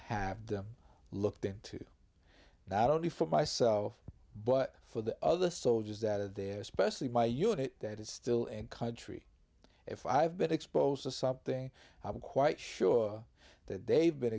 have them looked into not only for myself but for the other soldiers that are there especially my unit that is still in country if i have been exposed to something i'm quite sure that they've been